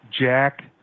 Jack